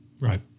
Right